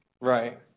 Right